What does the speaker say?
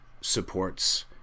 supports